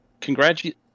congratulate